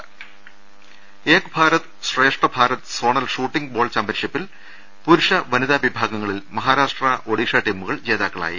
രുട്ട്ട്ട്ട്ട്ട്ട്ട്ട Ek Bharat Shreshtha Bharat zonal shooting ball ചാമ്പ്യൻഷി പ്പിൽ പുരുഷ വനിതാ വിഭാഗങ്ങളിൽ മഹാരാഷ്ട്ര ഒഡീഷ ടീമുകൾ ജേതാ ക്കളായി